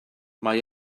mae